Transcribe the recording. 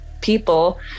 people